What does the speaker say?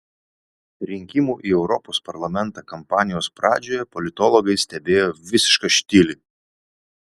rinkimų į europos parlamentą kampanijos pradžioje politologai stebėjo visišką štilį